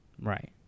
Right